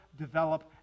develop